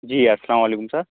جی السّلام علیکم سر